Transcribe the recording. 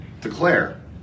declare